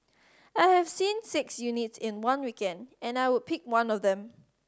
I have seen six unit in one weekend and I would pick one of them